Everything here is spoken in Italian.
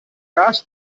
gas